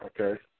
okay